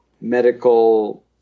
medical